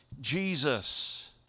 Jesus